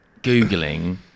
Googling